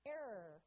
Error